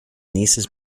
nieces